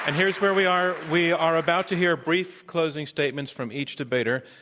and here is where we are. we are about to hear brief closing statements from each debater.